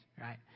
right